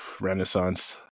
Renaissance